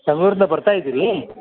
ಬೆಂಗಳೂರಿಂದ ಬರ್ತಾ ಇದೀರಾ